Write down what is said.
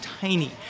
tiny